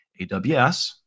AWS